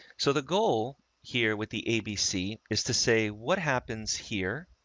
so the goal here with the abc is to say, what happens here?